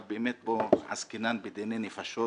אבל באמת פה עסקינן בדיני נפשות